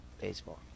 baseball